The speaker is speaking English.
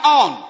on